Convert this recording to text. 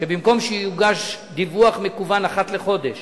שבמקום שיוגש דיווח מקוון אחת לחודש